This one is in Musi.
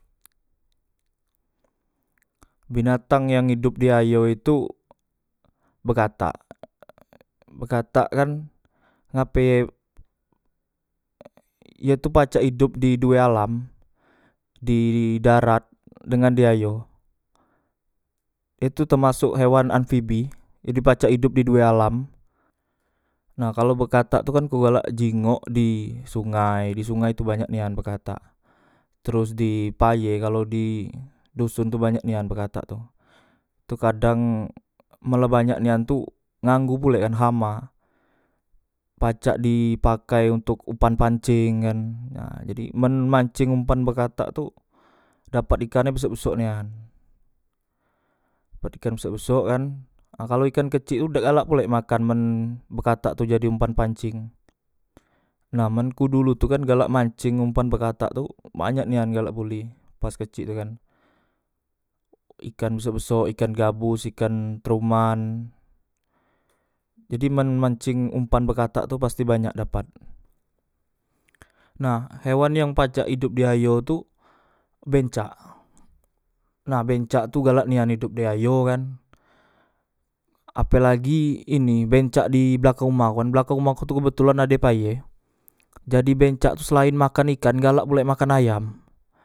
Binatang yang edop di ayo etu bekatak bekatak kan ngape ye tu pacak edop di due alam di darat dengan di ayo e tu termasok hewan ampibi jadi pacak edop di due alam nah kalo bekatak tu kan ku galak jinggok di sungai di sungai tu banyak nian bekatak teros di paye kalo di doson tu banyak nian bekatak tu kadang malah banyak nia tu nganggu pulek hama pacak di pakai ontok umpan panceng kan nah jadi men manceng umpan bekatak tu dapat ikan e besok besok nian dapat ikan besok besok kan nah kaloikan kecik tu dak galak pulek makan bekatak tu jadi umpan panceng nah men ku dulu tu kan galak manceng umpan bekatak tu banyak nian galak bule pas kecik tu kan ikan besok besok ikan gabos ikan pruman jadi men manceng umpan bekatak tu pasti banyak dapat nah hewan yang pacak edop di ayo tu bencak nah bencak tu galak nian edop di ayo kan ape lagi ini bencak di belakang uma ku kan belakang uma ku tu kebetulan adepaye jadi bencak tu selaen makan ikan galak pule makan ayam